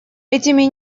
этими